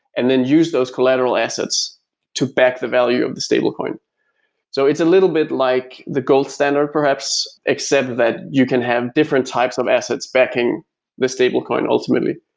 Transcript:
and then use those collateral assets to back the value of the stablecoin so it's a little bit like the gold standard perhaps, except that you can have different types of assets backing the stablecoin ultimately.